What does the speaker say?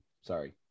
Sorry